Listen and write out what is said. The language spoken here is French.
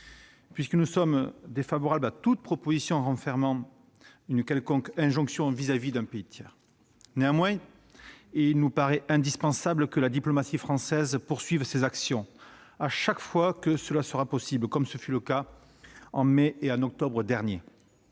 puisque nous sommes défavorables à toute proposition renfermant une quelconque injonction vis-à-vis d'un pays tiers. Néanmoins, il nous paraît indispensable que la diplomatie française poursuive ses actions chaque fois que cela est possible, comme cela fut le cas en mai et en octobre dernier.